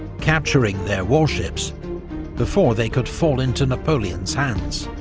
capturing their warships before they could fall into napoleon's hands.